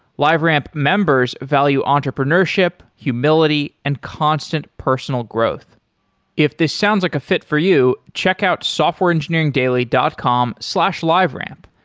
liveramp members value entrepreneurship, humility and constant personal growth if this sounds like a fit for you, check out softwareengineeringdaily dot com slash liveramp.